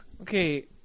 okay